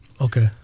Okay